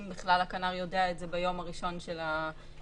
אם בכלל הכנ"ר יודע את זה ביום הראשון של --- אז